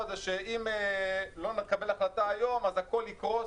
הזה שאם לא נקבל החלטה היום אז הכל יקרוס.